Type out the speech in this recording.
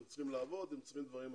הם צריכים לעבוד ועוד דברים נוספים.